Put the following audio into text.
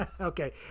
Okay